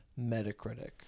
Metacritic